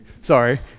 Sorry